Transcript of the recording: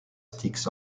sticks